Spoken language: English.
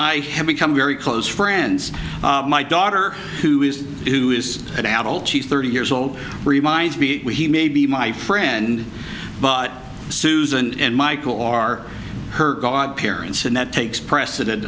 i have become very close friends my daughter who is who is an adult she's thirty years old reminds me he may be my friend but susan and michael are her godparents and that takes precedence